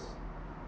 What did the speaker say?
s~